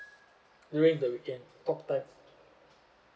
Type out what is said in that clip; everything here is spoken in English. during the weekend talk time